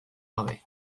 gabe